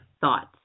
thoughts